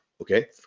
okay